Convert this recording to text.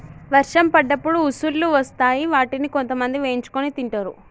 వర్షం పడ్డప్పుడు ఉసుల్లు వస్తాయ్ వాటిని కొంతమంది వేయించుకొని తింటరు